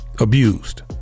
abused